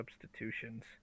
substitutions